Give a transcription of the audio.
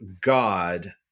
God